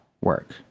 work